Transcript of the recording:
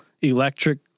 electric